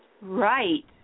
Right